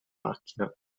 macchina